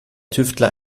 tüftler